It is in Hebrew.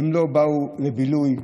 לא באו לבילוי,